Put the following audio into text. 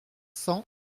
cent